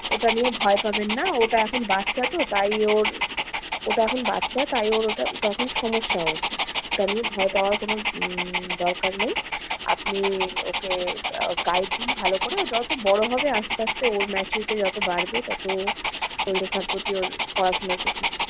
ওটা নিয়ে ভয় পাবেন না ওটা এখন বাচ্চা তো তাই ওর ও তো এখন বাচ্চা তাই ওর ওটা ওটা এখন সমস্যা ওর কাজেই ভয় পাওয়ার কোনোও দরকার নেই আপনি ওকে গা গাইড দিন ভালো করে ও যত ও বড়ো হবে আস্তে আস্তে ওর ম্যাচিউরিটি যত বাড়বে ও তত ওর লেখার প্রতি ওর পড়াশোনার প্রতি